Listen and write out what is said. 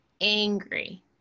angry